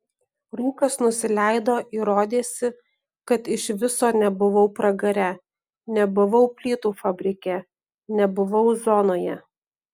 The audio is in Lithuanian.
rūkas nusileido ir rodėsi kad iš viso nebuvau pragare nebuvau plytų fabrike nebuvau zonoje